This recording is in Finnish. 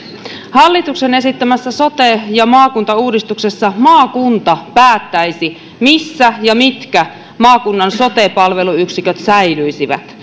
hallituksen esittämässä sote ja maakuntauudistuksessa maakunta päättäisi missä ja mitkä maakunnan sote palveluyksiköt säilyisivät